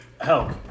help